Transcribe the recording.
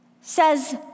says